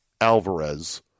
Alvarez